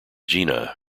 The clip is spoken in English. gina